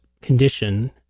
condition